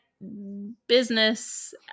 business